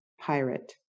pirate